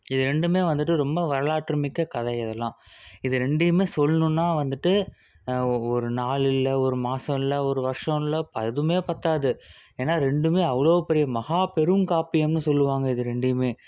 இது ரெண்டுமே வந்துட்டு ரொம்ப வரலாற்று மிக்க கதை இதெல்லாம் இது ரெண்டையுமே சொல்லணுன்னா வந்துட்டு ஒரு நாள் இல்லை ஒரு மாதம் இல்லை ஒரு வருஷம் இல்லை ப அதுவுமே பற்றாது ஏன்னால் ரெண்டுமே அவ்வளோ பெரிய மகா பெருங்காப்பியம்னு சொல்லுவாங்க இது ரெண்டையுமே